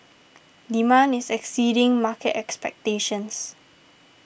demand is exceeding market expectations